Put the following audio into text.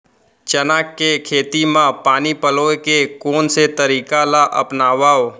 चना के खेती म पानी पलोय के कोन से तरीका ला अपनावव?